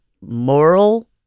moral